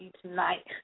tonight